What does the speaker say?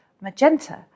magenta